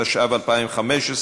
התשע"ו 2015,